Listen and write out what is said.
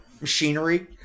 machinery